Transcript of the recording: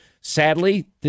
Sadly